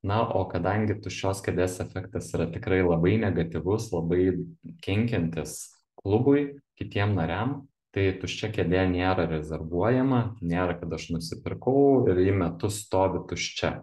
na o kadangi tuščios kėdės efektas yra tikrai labai negatyvus labai kenkiantis klubui kitiem nariam tai tuščia kėdė nėra rezervuojama nėra kad aš nusipirkau ir ji metus stovi tuščia